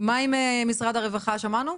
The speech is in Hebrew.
מה עם משרד הרווחה, שמענו?